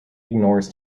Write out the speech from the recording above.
ignores